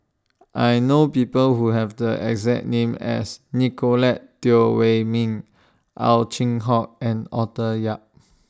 I know People Who Have The exact name as Nicolette Teo Wei Min Ow Chin Hock and Arthur Yap